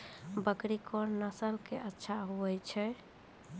बकरी कोन नस्ल के अच्छा होय छै?